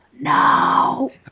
No